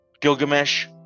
Gilgamesh